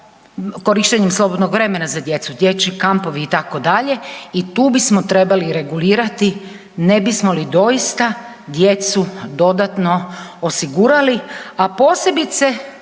korištenjem slobodnog vremena za djecu, dječji kampovi itd. i tu bismo trebali regulirati ne bismo li doista djecu dodatno osigurali, a posebice